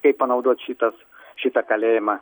kaip panaudot šitas šitą kalėjimą